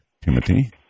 Timothy